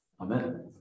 Amen